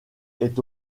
est